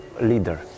leader